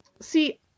See